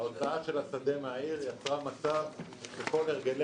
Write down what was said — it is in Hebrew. ההוצאה של השדה מהעיר יצרה מצב שכל הרגלי